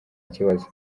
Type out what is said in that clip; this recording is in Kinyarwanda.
kibazo